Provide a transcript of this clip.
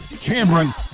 Cameron